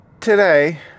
today